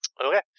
Okay